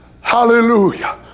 Hallelujah